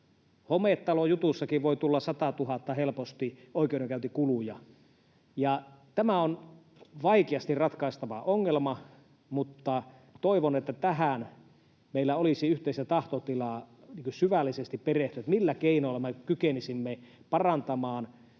Hometalojutussakin voi tulla helposti satatuhatta oikeudenkäyntikuluja. Tämä on vaikeasti ratkaistava ongelma, mutta toivon, että tähän meillä olisi yhteistä tahtotilaa syvällisesti perehtyä, millä keinoilla me kykenisimme parantamaan,